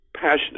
passionate